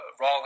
raw